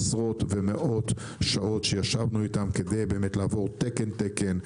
עשרות ומאות שעות ישבנו איתם כדי לעבור תקן-תקן,